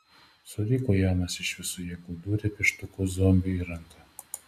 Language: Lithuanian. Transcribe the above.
suriko janas ir iš visų jėgų dūrė pieštuku zombiui į ranką